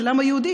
של העם היהודי,